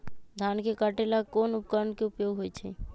धान के काटे का ला कोंन उपकरण के उपयोग होइ छइ?